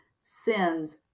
sins